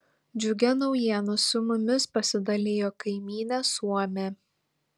džiugia naujiena su mumis pasidalijo kaimynė suomė